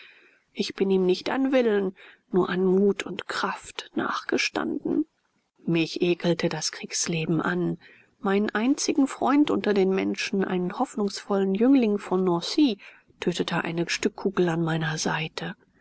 ich bin ihm nicht an willen nur an mut und kraft nachgestanden mich ekelte das kriegsleben an meinen einzigen freund unter den menschen einen hoffnungsvollen jüngling von nancy tötete eine stückkugel an meiner seite